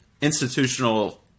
institutional